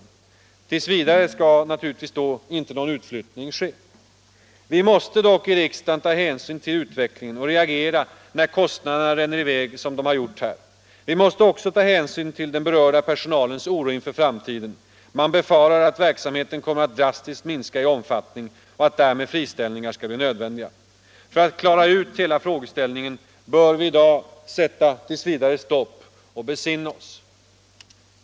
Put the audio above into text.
T. v. skall naturligtvis då ingen utflyttning ske. Vi måste dock i riksdagen ta hänsyn till utvecklingen och reagera när kostnaderna ränner i väg som de gjort här. Vi måste också ta hänsyn till den berörda personalens oro inför framtiden — man befarar att verksamheten kommer att drastiskt minska i omfattning och friställningar därmed skall bli nödvändiga. För att reda ut hela frågan bör vi i dag tills vidare sätta stopp och besinna oss.